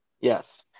Yes